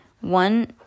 one